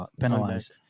penalized